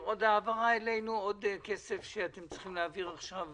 העברה, עוד כסף שאתם צריכים להעביר עכשיו